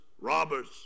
robbers